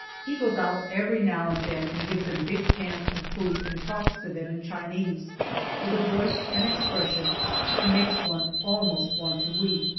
he goes out every now and then and gives them big pans of food and talks to them in chinese with a voice and expression that makes one almost want to weep,